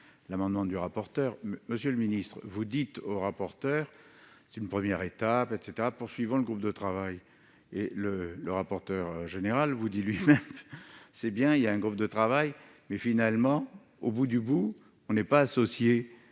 l'amendement du rapporteur, Monsieur le Ministre, vous dites au rapporteur, c'est une première étape, etc, poursuivant le groupe de travail et le le rapporteur général vous dit lui-même c'est bien, il y a un groupe de travail mais finalement, au bout du bout, on n'est pas associé